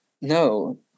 No